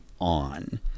on